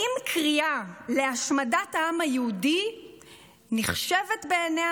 אם קריאה להשמדת העם היהודי נחשבת בעיניה